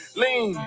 lean